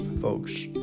folks